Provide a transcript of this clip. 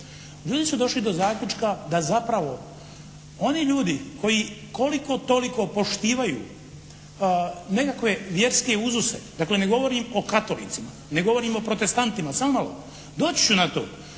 ljudi su došli do zaključka da zapravo oni ljudi koji koliko toliko poštivaju nekakve vjerske uzuse. Dakle, ne govorim o katolicima, ne govorim o protestantima, samo malo doći ću na to,